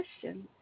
question